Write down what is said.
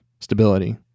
stability